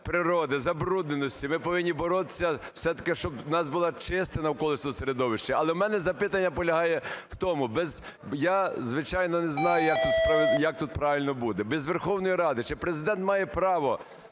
природи, забрудненості, ми повинні боротися все-таки, щоб в нас було чисте навколишнє середовище. Але в мене запитання полягає в тому. Я, звичайно, не знаю, як тут правильно буде. Без Верховної Ради, чи Президент має право